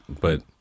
but-